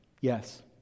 Yes